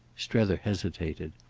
strether hesitated.